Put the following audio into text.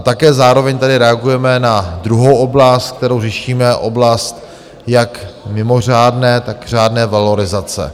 Také zároveň tady reagujeme na druhou oblast, kterou řešíme, oblast jak mimořádné, tak řádné valorizace.